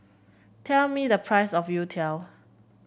tell me the price of youtiao